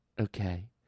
okay